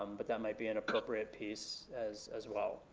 um but that might be an appropriate piece as as well.